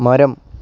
മരം